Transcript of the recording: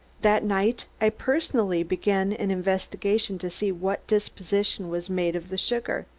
that night i personally began an investigation to see what disposition was made of the sugar.